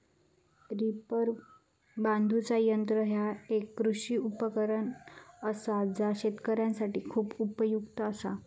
reaper बांधुचा यंत्र ह्या एक कृषी उपकरण असा जा शेतकऱ्यांसाठी खूप उपयुक्त असा